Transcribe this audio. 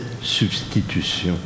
substitution